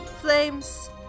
flames